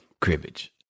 cribbage